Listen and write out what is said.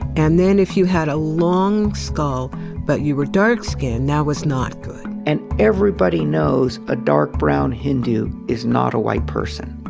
and then if you had a long skull but you were dark skinned, that was not good. and everybody knows a dark brown hindu is not a white person.